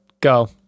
Go